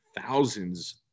thousands